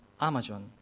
Amazon